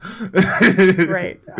Right